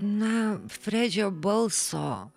na fredžio balso